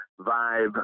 vibe